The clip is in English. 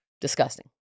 Disgusting